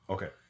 Okay